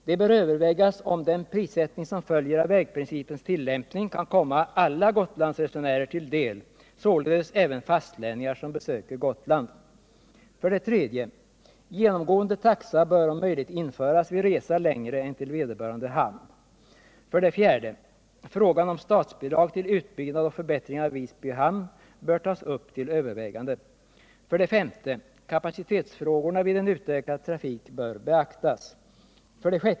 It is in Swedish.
Det bör övervägas om den prissättning som följer av vägprincipens tillämpning kan komma alla Gotlandsresenärer till del, således även fastlänningar som besöker Gotland. 3. Genomgående taxa bör om möjligt införas vid resa längre än till vederbörande hamn. 4. Frågan om statsbidrag till utbyggnad och förbättring av Visby hamn bör tas upp till övervägande. 5. Kapacitetsfrågorna vid en utökad trafik bör beaktas. 6.